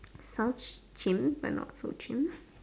sounds chim but not so chim